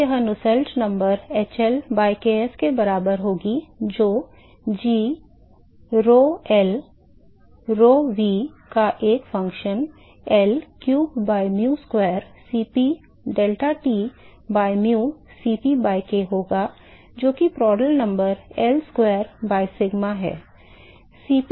तो वह नुसेल्ट संख्या hL by kf के बराबर होगी और g rhol rhov का एक function L cube by mu square Cp delta T by and mu Cp by k होगा जो कि प्रांड्टल संख्या L square by sigma है